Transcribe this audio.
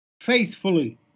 faithfully